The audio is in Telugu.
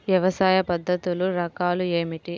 వ్యవసాయ పద్ధతులు రకాలు ఏమిటి?